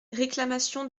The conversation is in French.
réclamation